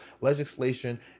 legislation